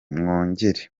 mwongere